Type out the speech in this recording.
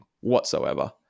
whatsoever